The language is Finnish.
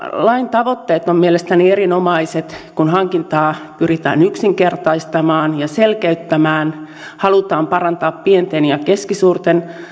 lain tavoitteet ovat mielestäni erinomaiset kun hankintaa pyritään yksinkertaistamaan ja selkeyttämään halutaan parantaa pienten ja keskisuurten